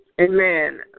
Amen